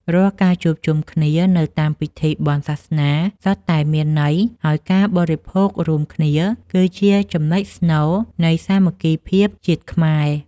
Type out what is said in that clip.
រាល់ការជួបជុំគ្នានៅតាមពិធីបុណ្យសាសនាសុទ្ធតែមានន័យ ហើយការបរិភោគរួមគ្នា គឺជាចំណុចស្នូលនៃសាមគ្គីភាពជាតិខ្មែរ។